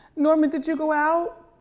norman, did you go out?